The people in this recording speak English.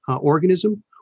organism